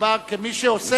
מדובר כמי שעוסק בצורכי ציבור.